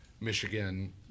michigan